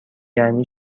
یعنی